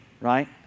right